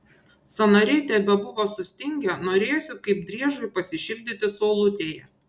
sąnariai tebebuvo sustingę norėjosi kaip driežui pasišildyti saulutėje